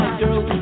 girl